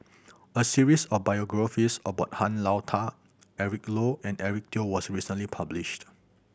a series of biographies about Han Lao Da Eric Low and Eric Teo was recently published